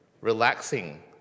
relaxing